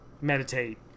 meditate